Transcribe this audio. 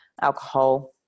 alcohol